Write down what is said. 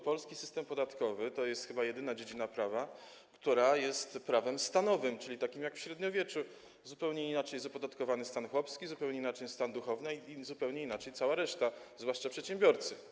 Polski system podatkowy to jest chyba jedyna dziedzina prawa, która jest prawem stanowym, czyli takim jak w średniowieczu - zupełnie inaczej jest opodatkowany stan chłopski, zupełnie inaczej stan duchowny i zupełnie inaczej cała reszta, zwłaszcza przedsiębiorcy.